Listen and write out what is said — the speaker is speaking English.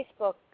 Facebook